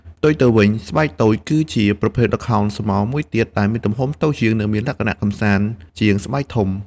ផ្ទុយទៅវិញ ស្បែកតូច គឺជាប្រភេទល្ខោនស្រមោលមួយទៀតដែលមានទំហំតូចជាង និងមានលក្ខណៈកម្សាន្តជាងស្បែកធំ។